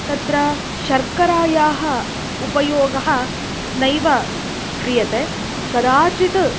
तत्र शर्करायाः उपयोगः नैव क्रियते कदाचित्